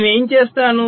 నేను ఏమి చేస్తాను